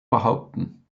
behaupten